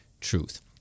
truth